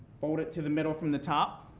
fold it to the middle from the top.